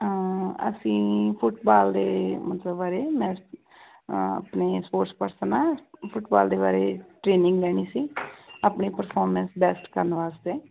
ਅਸੀਂ ਫੁੱਟਬਾਲ ਦੇ ਮਤਲਬ ਬਾਰੇ ਮੈਂ ਆਪਣੀ ਸਪੋਰਟਸ ਪਰਸਨ ਹਾਂ ਫੁੱਟਬਾਲ ਦੇ ਬਾਰੇ ਟਰੇਨਿੰਗ ਲੈਣੀ ਸੀ ਆਪਣੇ ਪਰਫੋਰਮੈਂਸ ਬੈਸਟ ਕਰਨ ਵਾਸਤੇ